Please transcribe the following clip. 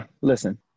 Listen